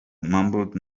mumbled